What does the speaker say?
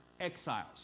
exiles